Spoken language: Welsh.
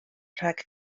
rhag